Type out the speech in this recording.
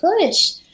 push